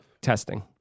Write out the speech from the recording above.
testing